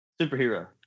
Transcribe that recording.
Superhero